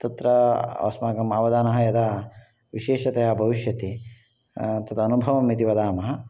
तत्र अस्माकम् अवधानम् यदा विशेषतया भविष्यति तदनुभवम् इति वदामः